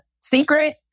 secret